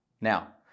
Now